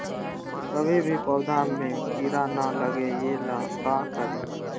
कभी भी पौधा में कीरा न लगे ये ला का करी?